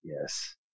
Yes